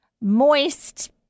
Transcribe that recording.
moist